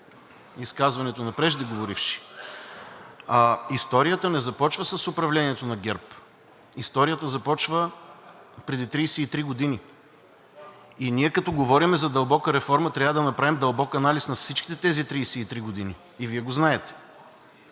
изказването на преждеговорившия. Историята не започва с управлението на ГЕРБ. Историята започва преди 33 години. Ние, като говорим за дълбока реформа, трябва да направим дълбок анализ на всичките тези 33 години и Вие го знаете.